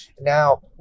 Now